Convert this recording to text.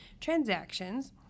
transactions